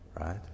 Right